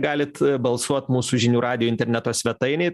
galit balsuot mūsų žinių radijo interneto svetainėj